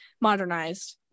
modernized